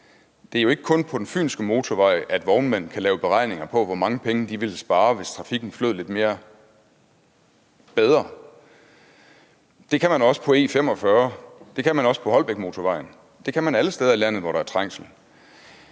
Det er jo ikke kun på den fynske motorvej, at vognmænd kan lave beregninger på, hvor mange penge de ville spare, hvis trafikken flød lidt bedre. Det kan man også på E45, det kan man også på Holbækmotorvejen, det kan man alle steder i landet, hvor der er trængsel.